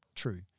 True